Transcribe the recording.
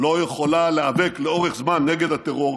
לא יכולה להיאבק לאורך זמן נגד הטרור,